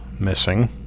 missing